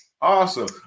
Awesome